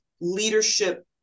leadership